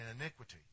iniquity